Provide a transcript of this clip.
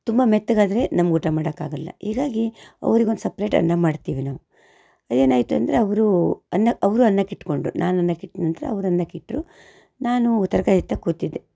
ತುಂಬ ಮೆತ್ತಗಾದರೆ ನಮ್ಗೆ ಊಟ ಮಾಡೋಕ್ಕಾಗಲ್ಲ ಹೀಗಾಗಿ ಅವ್ರಿಗೆ ಒಂದು ಸಪ್ರೇಟ್ ಅನ್ನ ಮಾಡ್ತೀವಿ ನಾವು ಅದು ಏನಾಯಿತು ಅಂದರೆ ಅವರು ಅನ್ನ ಅವರೂ ಅನ್ನಕ್ಕೆ ಇಟ್ಟುಕೊಂಡ್ರು ನಾನು ಅನ್ನಕ್ಕೆ ಇಟ್ಟ ನಂತರ ಅವರು ಅನ್ನಕ್ಕೆ ಇಟ್ಟರು ನಾನು ತರಕಾರಿ ಹೆಚ್ತಾ ಕೂತಿದ್ದೆ